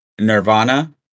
Nirvana